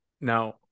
now